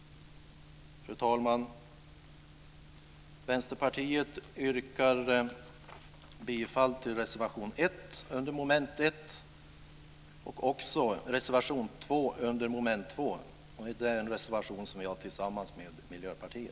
Fru talman! Vänsterpartiet yrkar bifall till reservation 1 under mom. 1 och också till reservation 2 under mom. 2. Detta är en reservation som vi har tillsammans med Miljöpartiet.